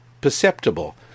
perceptible